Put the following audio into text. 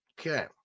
Okay